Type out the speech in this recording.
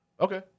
Okay